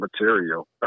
material